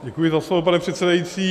Děkuji za slovo, pane předsedající.